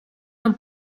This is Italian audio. non